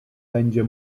będzie